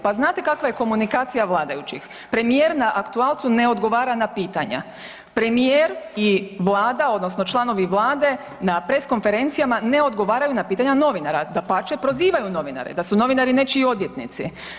Pa znate kakva je komunikacija vladajućih, premijer na aktualcu ne odgovara na pitanja, premijer i Vlada odnosno članovi Vlade na press konferencijama ne odgovaraju na pitanja novinara, dapače prozivaju novinare, da su novinari nečiji odvjetnici.